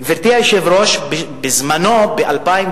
ובוודאי כבוד השר מודע לניסוי הזה.